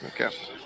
Okay